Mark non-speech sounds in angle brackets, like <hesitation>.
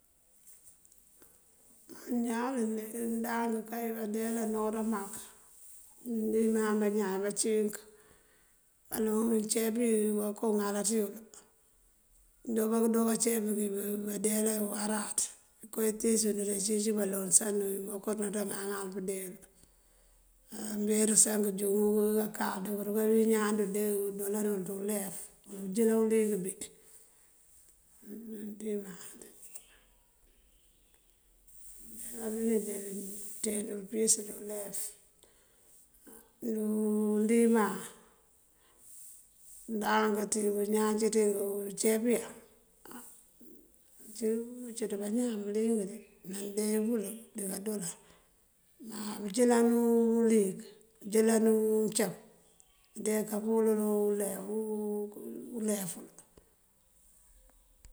Ñaan dande ndáank kay báareela anoran mak undíman bañaan acíink. Baloŋ ceep yi wokooŋalaţ yul, mëëndooban këëndoobaa káceep ngi bandeela uwáráţ. Kootíisëwan acínk cíimbaloŋ sa bëënkáaţa kaŋal pëënde bël. mberësá këënjuŋ unkalúdú këërunka uwin iñaan dúundeewul undoolanul ţí ulef di bëënjëëlan uliyëk bí, <unintelligible> bëënjëëlan bínúunde bí bëënţeend pëyës dí ulef. Díi undíman ndaank ţí bañaan cínţínk, iceepiwí ţí cíiw ubëëţat bañaan bëliyëng ná andeebël dí káandoolan, bëënjëëlan uliyëk, bëënjëëla mëëncam mëënde kaaburan <hesitation> ulef.